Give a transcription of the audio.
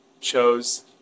chose